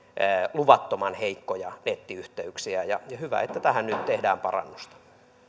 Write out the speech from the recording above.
luvattoman heikkoja nettiyhteyksiä ja hyvä että tähän nyt tehdään parannusta